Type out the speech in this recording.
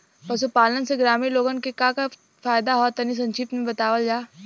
पशुपालन से ग्रामीण लोगन के का का फायदा ह तनि संक्षिप्त में बतावल जा?